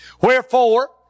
...wherefore